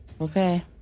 okay